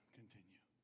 continue